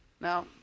Now